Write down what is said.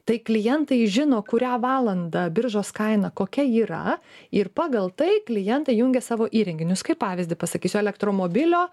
tai klientai žino kurią valandą biržos kaina kokia yra ir pagal tai klientai jungia savo įrenginius kaip pavyzdį pasakysiu elektromobilio